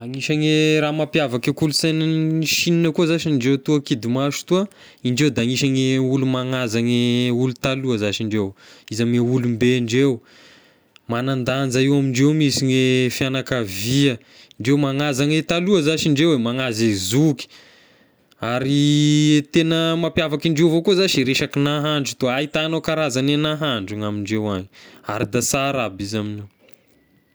Anisany raha mampiavaky e kolonsaina any Chine koa zashy ndreo toa kidy maso toa, indreo da anisan'ny olo manaja gne olo tahoha zashy indreo, izy ame olom-be ndreo, manadanja eo ame indreo mihinsy gne fiagnakavia, ndreo manaja ny taloha zashy indreo eh, manaza e zoky, ary tena mampiavaka indreo avao koa zashy resaky nahandro toa, ahitagnao karazagne nahandro ny ame indreo agny, ary da sara aby izy amin'io.